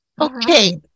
okay